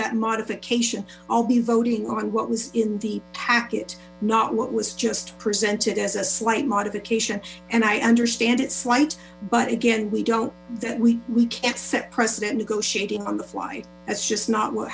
that modification i'll be voting on what was in the packet not what was just presented as a slight modification and i understand it's slight but again we don't that w we can't set precedent negotiating on the fly that's just not